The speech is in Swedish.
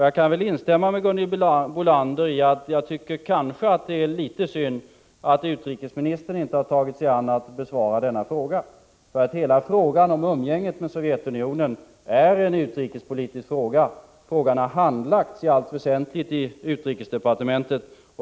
Jag kan instämma med Gunhild Bolander i att det är litet synd att utrikesministern inte har tagit sig an att besvara denna fråga. Hela frågan om umgänget med Sovjetunionen är en utrikespolitisk fråga, och den har i allt väsentligt handlagts i utrikesdepartementet.